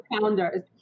founders